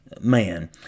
man